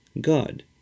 God